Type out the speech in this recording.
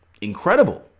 incredible